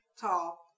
tall